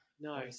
no